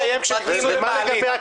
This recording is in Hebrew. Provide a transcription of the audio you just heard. -- איך הכנסת הזאת עובדת מיום הקמתה.